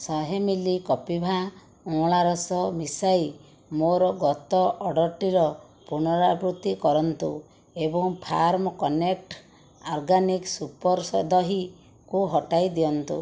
ଶହେ ମିଲି କପିଭା ଅଁଳା ରସ ମିଶାଇ ମୋର ଗତ ଅର୍ଡ଼ର୍ଟିର ପୁନରାବୃତ୍ତି କରନ୍ତୁ ଏବଂ ଫାର୍ମ୍ କନେକ୍ଟ ଆର୍ଗାନିକ୍ସ ସୁପର୍ ଦହିକୁ ହଟାଇ ଦିଅନ୍ତୁ